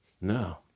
No